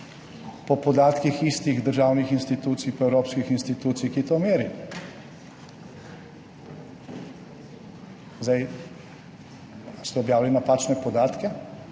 po podatkih istih državnih institucij in evropskih institucij, ki to merijo. Zdaj, ali ste objavili napačne podatke